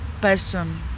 person